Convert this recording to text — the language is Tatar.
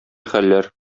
хәлләр